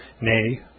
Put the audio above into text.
nay